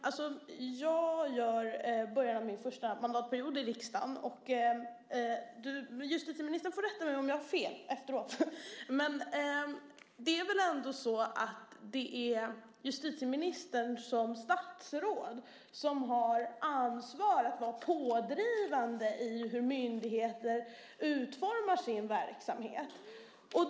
Fru talman! Jag har just börjat min första mandatperiod i riksdagen, och justitieministern får rätta mig om jag har fel, men det är väl ändå så att det är justitieministern som statsråd som har ansvaret för att vara pådrivande i hur myndigheter utformar sin verksamhet?